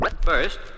First